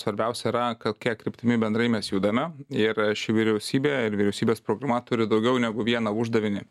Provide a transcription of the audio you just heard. svarbiausia yra kokia kryptimi bendrai mes judame ir ši vyriausybė ir vyriausybės programa turi daugiau negu vieną uždavinį